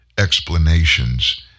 explanations